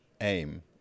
aim